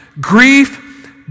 grief